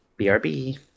BRB